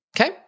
Okay